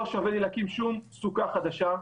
לא שווה לי להקים שום סוכה חדשה,